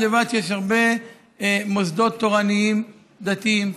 לבד שיש הרבה מוסדות תורניים דתיים,